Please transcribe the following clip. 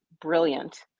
brilliant